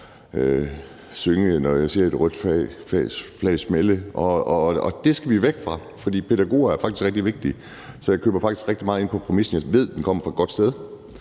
synge »Når jeg ser et rødt flag smælde«. Og det skal vi væk fra, for pædagoger er faktisk rigtig vigtige. Så jeg køber faktisk rigtig meget ind på præmissen. Jeg ved, den kommer fra et godt sted.